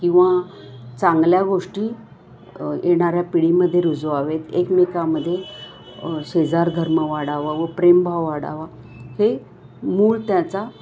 किंवा चांगल्या गोष्टी येणाऱ्या पिढीमध्ये रुजवावेत एकमेकामधे शेजारधर्म वाढावा व प्रेमभाव वाढावा हे मूळ त्याचा